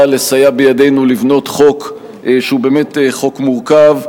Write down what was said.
לסייע בידינו לבנות חוק שהוא באמת חוק מורכב.